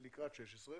לא רק גז ונפט,